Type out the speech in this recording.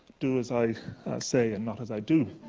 do as i say and not as i do.